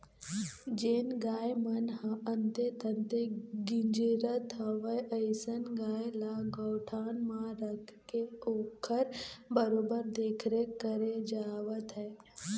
जेन गाय मन ह अंते तंते गिजरत हवय अइसन गाय ल गौठान म रखके ओखर बरोबर देखरेख करे जावत हे